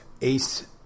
Ace